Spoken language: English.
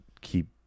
keep